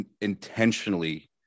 intentionally